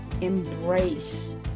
embrace